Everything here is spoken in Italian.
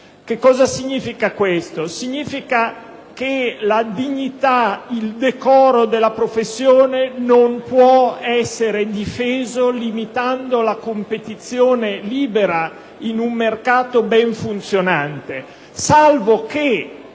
del compenso». Questo significa che la dignità, il decoro della professione non possono essere difesi limitando la competizione libera in un mercato ben funzionante. Salvo che